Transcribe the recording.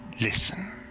Listen